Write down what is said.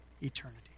eternity